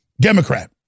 Democrat